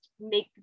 make